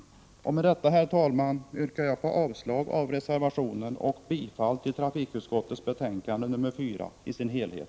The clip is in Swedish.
Med detta, herr talman, yrkar jag avslag på reservationen och bifall till trafikutskottets hemställan i betänkande nr 4 i dess helhet.